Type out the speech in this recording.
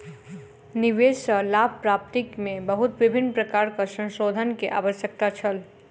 निवेश सॅ लाभ प्राप्ति में बहुत विभिन्न प्रकारक संशोधन के आवश्यकता छल